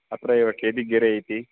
अत्रैव केदिग्गेरे इति